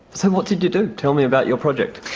so what did you do, tell me about your project?